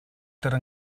ter